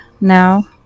now